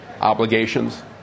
obligations